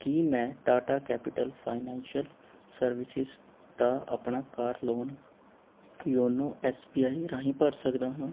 ਕੀ ਮੈਂ ਟਾਟਾ ਕੈਪੀਟਲ ਫਾਈਨੈਂਸ਼ੀਅਲ ਸਰਵਿਸਿਜ਼ ਦਾ ਆਪਣਾ car loan YONO SBI ਰਾਹੀਂ ਭਰ ਸਕਦਾ ਹਾਂ